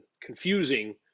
confusing